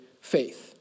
faith